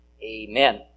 amen